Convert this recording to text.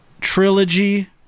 Trilogy